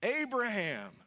Abraham